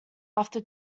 after